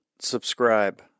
subscribe